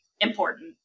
important